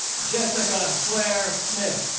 jessica claire smith